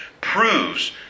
proves